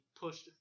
pushed